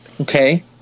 Okay